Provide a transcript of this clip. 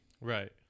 Right